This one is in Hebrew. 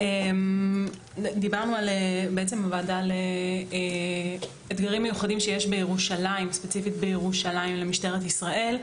דיברנו בוועדה על אתגרים מיוחדים שיש בירושלים למשטרת ישראל.